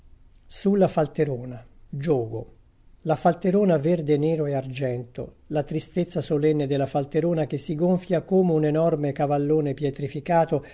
sulla falterona giogo la falterona verde nero e argento la tristezza solenne della falterona che si gonfia come un enorme cavallone pietrificato